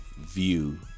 view